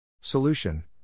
Solution